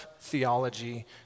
theology